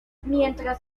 mientras